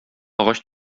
агач